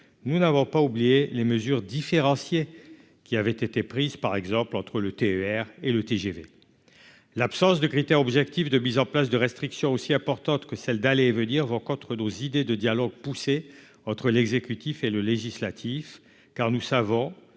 nous n'avons pas oublier les mesures différenciées, qui avait été prise par exemple entre le TER et le TGV, l'absence de critères objectifs de mise en place de restrictions aussi importante que celle d'aller et venir vont contre nos idées de dialogue poussées entre l'exécutif et le législatif, car nous savons